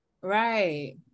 Right